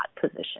position